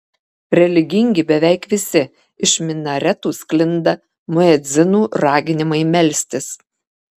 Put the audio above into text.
religingi beveik visi iš minaretų sklinda muedzinų raginimai melstis